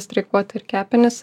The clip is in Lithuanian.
streikuoti ir kepenys